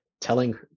telling